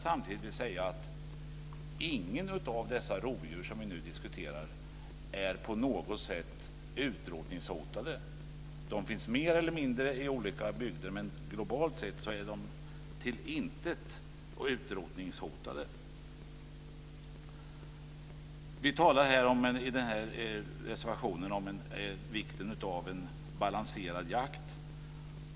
Samtidigt vill jag säga att inget av de rovdjur som vi nu diskuterar är på något sätt utrotningshotat. Dessa rovdjur finns mer eller mindre i olika bygder. Men globalt sett är de inte utrotningshotade. Vi talar i denna reservation om vikten av en balanserad jakt.